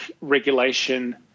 regulation